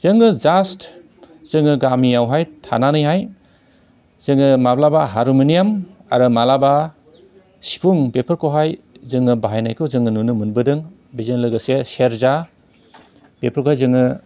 जोङो जास्ट जोङो गामियावहाय थानानैहाय जोङो माब्लाबा हारमुनियाम आरो माब्लाबा सिफुं बेफोरखौहाय जोङो बाहायनायखौ जोङो नुनो मोनबोदों बेजों लोगोसे सेरजा बेफोरखौ जोङो